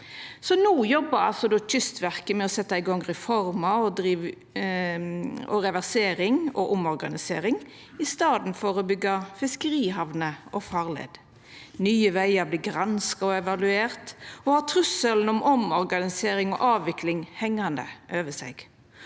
no jobbar Kystverket med å setja i gang reformer, reversering og omorganisering, i staden for å byggja fiskerihamner og farleier. Nye vegar vert granska og evaluert og har trussel om omorganisering og avvikling hengjande over seg.